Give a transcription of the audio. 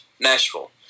Nashville